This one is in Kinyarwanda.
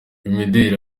imideli